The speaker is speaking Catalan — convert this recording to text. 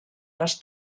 les